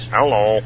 Hello